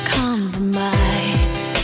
compromise